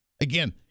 Again